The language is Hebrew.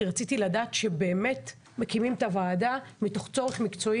כי רציתי לדעת שבאמת מקימים את הוועדה מתוך צורך מקצועי